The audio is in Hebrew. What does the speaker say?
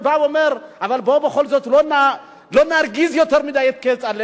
אבל בא ואומר: לא נרגיז יותר מדי את כצל'ה,